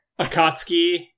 Akatsuki